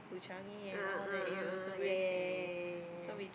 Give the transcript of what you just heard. a'ah a'ah a'ah yeah yeah yeah yeah yeah